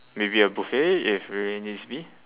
maybe a buffet if really needs be